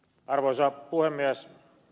arvoisa puhemies